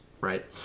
right